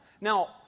Now